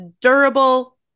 durable